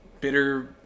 bitter